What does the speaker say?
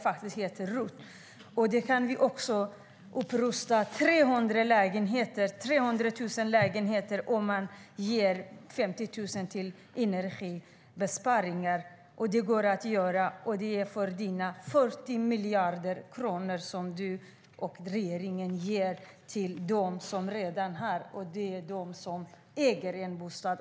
För det kan vi rusta upp 300 000 lägenheter, om vi ger 50 000 kronor för energibesparingar. Det går att göra, och det är för dina 40 miljarder, som du och regeringen ger till dem som redan har, nämligen dem som äger en bostad.